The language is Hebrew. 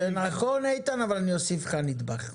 זה נכון איתן אבל אני אוסיף לך נדבך,